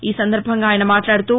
ఈసందర్బంగా ఆయన మాట్లాడుతూ